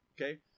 Okay